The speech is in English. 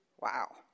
Wow